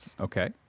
Okay